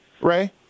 Ray